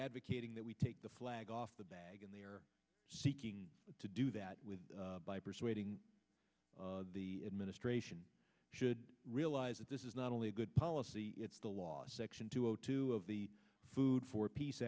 advocating that we take the flag off the bag and they are seeking to do that with by persuading the administration should realise that this is not only a good policy it's the last section two zero two of the food for peace